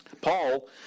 Paul